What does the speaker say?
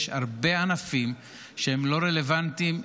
יש הרבה ענפים שהם לא רלוונטיים,